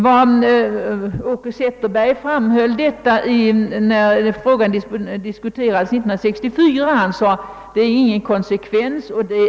När denna fråga diskuterades år 1964 yttrade Åke Zetterberg, att det inte fanns någon konsekvens i bestämmelserna.